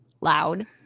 loud